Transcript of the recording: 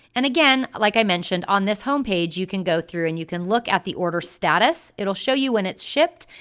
and again, like i mentioned, on this homepage you can go through and you can look at the order status it'll show you when it's shipped,